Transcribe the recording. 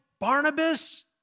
Barnabas